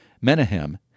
Menahem